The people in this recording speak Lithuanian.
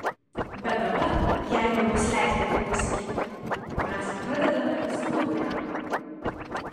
bet dabar jei man bus leista taip pasakyti mes pradedame smaguriauti